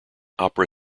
opera